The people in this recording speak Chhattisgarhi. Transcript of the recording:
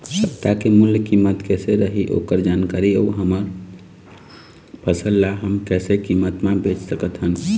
सप्ता के मूल्य कीमत कैसे रही ओकर जानकारी अऊ हमर फसल ला हम कैसे कीमत मा बेच सकत हन?